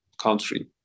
country